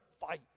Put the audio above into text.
fight